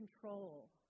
control